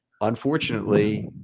unfortunately